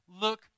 look